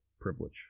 privilege